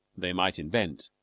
they might invent.